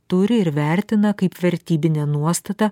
turi ir vertina kaip vertybinę nuostatą